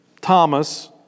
thomas